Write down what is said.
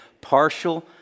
partial